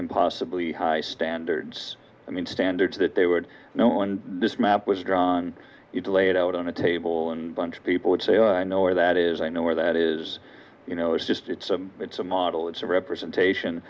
impossibly high standards i mean standards that they would know and this map was drawn to lay it out on a table and bunch of people would say i know where that is i know where that is you know it's just it's a it's a model it's a representation